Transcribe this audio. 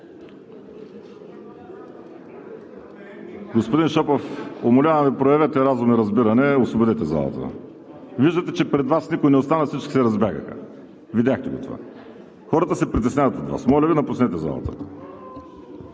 Господин Шопов, умолявам Ви! Проявете разум и разбиране, освободете залата! Виждате, че пред Вас никой не остана, всички се разбягаха – видяхте това! Хората се притесняват от Вас. Моля Ви, напуснете залата!